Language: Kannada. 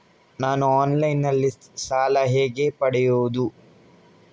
ನಾನು ಆನ್ಲೈನ್ನಲ್ಲಿ ಸಾಲ ಹೇಗೆ ಪಡೆಯುವುದು?